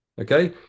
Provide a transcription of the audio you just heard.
Okay